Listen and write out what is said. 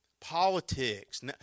Politics